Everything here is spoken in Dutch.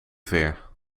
ver